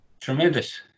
Tremendous